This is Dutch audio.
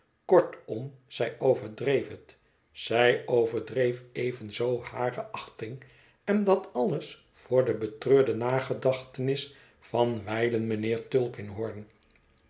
kortom zij overdreef het zij overdreef evenzoo hare achting en dat alles voor de betreurde nagedachtenis van wijlen mijnheer